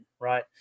right